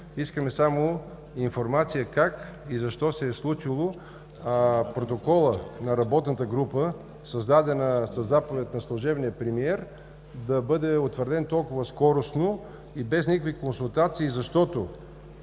искаме само информация как и защо се е случило протоколът на работната група, създадена със заповед на служебния премиер, да бъде утвърден толкова скоростно и без никакви консултации. Защото